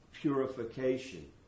purification